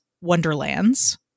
Wonderlands